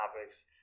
topics